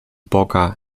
boga